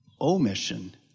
omission